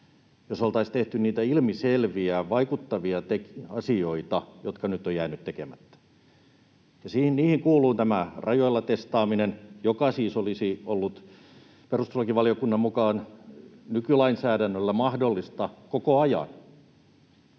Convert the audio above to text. jos oltaisiin tehty niitä ilmiselviä vaikuttavia asioita, jotka nyt ovat jääneet tekemättä. Niihin kuuluu tämä rajoilla testaaminen, joka siis olisi ollut perustuslakivaliokunnan mukaan nykylainsäädännöllä mahdollista koko ajan.